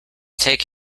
take